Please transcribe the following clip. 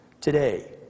Today